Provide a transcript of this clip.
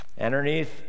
Underneath